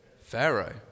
Pharaoh